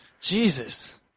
Jesus